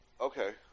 Okay